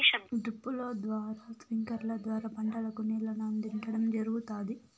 డ్రిప్పుల ద్వారా స్ప్రింక్లర్ల ద్వారా పంటలకు నీళ్ళను అందించడం జరుగుతాది